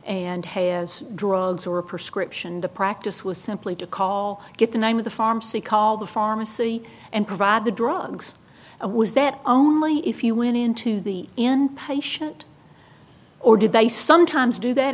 and has drugs or prescription the practice was simply to call get the name of the pharmacy call the pharmacy and provide the drugs and was that only if you went into the inpatient or did they sometimes do that